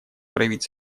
проявить